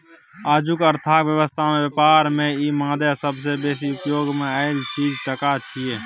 आजुक अर्थक व्यवस्था में ब्यापार में ई मादे सबसे बेसी उपयोग मे आएल चीज टका छिये